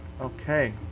Okay